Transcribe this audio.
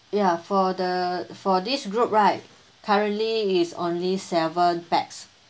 ya for the for this group right currently it's only seven pax